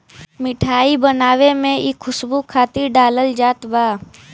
मिठाई बनावे में इ खुशबू खातिर डालल जात बा